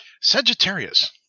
Sagittarius